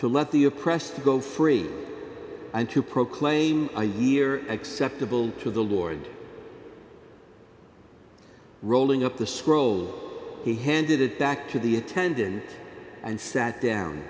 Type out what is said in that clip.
to let the oppressed go free and to proclaim i e are acceptable to the lord rolling up the scroll he handed it back to the attendant and sat down